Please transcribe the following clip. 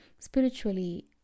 Spiritually